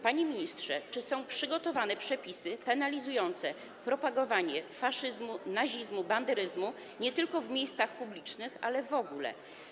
Panie ministrze, czy są przygotowane przepisy penalizujące propagowanie faszyzmu, nazizmu, banderyzmu nie tylko w miejscach publicznych, ale w ogóle?